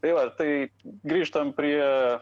tai va tai grįžtam prie